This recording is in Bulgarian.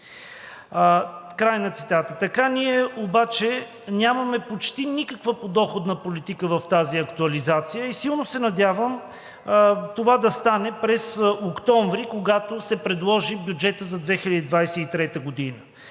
край на цитата.